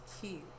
cute